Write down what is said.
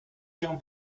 się